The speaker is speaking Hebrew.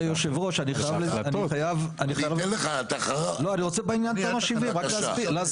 כבוד היושב ראש אני חייב אני רוצה בעניין תמ"א 70 רק להסביר.